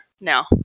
now